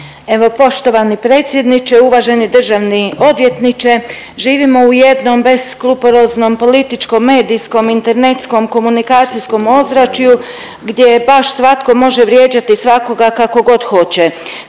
poštovani predsjedniče, uvaženi državni odvjetniče živimo u jednom beskrupuloznom političkom, medijskom, internetskom, komunikacijskom ozračju gdje baš svatko može vrijeđati svakoga kako god hoće.